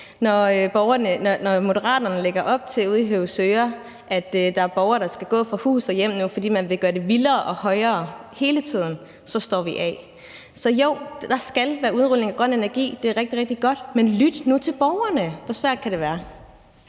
Når Moderaterne lægger op til, at der er borgere ude i Høvsøre, der skal gå fra hus og hjem nu, fordi man hele tiden vil gøre det vildere og højere, så står vi af. Så jo, der skal være udrulning af grøn energi – det er rigtig, rigtig godt – men lyt nu til borgerne. Hvor svært kan det være?